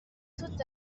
tout